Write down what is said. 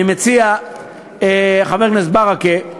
אני מציע, חבר הכנסת ברכה,